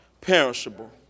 perishable